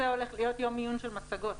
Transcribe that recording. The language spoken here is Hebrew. הישיבה הזאת הולכת להיות יום עיון של מצגות.